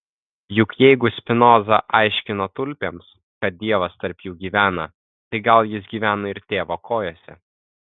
juk jeigu spinoza aiškino tulpėms kad dievas tarp jų gyvena tai gal jis gyvena ir tėvo kojose